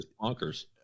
bonkers